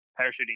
parachuting